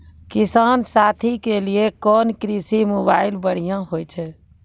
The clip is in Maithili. किसान साथी के लिए कोन कृषि मोबाइल बढ़िया होय छै?